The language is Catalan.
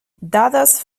dades